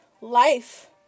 life